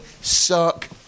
suck